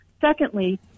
Secondly